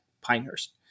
Pinehurst